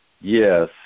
Yes